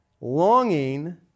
longing